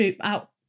out